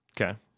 Okay